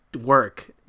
work